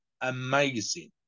amazing